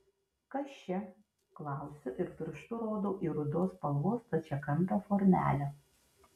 kas čia klausiu ir pirštu rodau į rudos spalvos stačiakampę formelę